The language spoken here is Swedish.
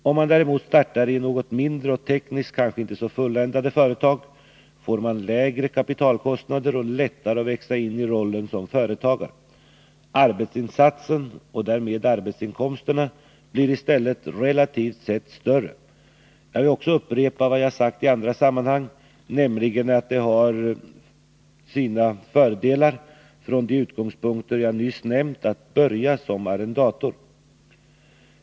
Om man däremot startar i något mindre och tekniskt kanske inte så fulländade företag, får man lägre kapitalkostnader och lättare att växa in i rollen som företagare. Arbetsinsatsen och därmed arbetsinkomsterna blir i stället relativt sett större. Jag vill också upprepa vad jag sagt i andra sammanhang, nämligen att det har sina fördelar från de utgångspunkter jag nyss nämnt att börja som arrendator.